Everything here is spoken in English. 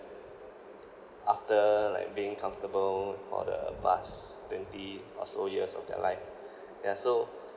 after like being comfortable for the past twenty or so years of their life ya so